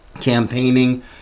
campaigning